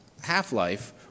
half-life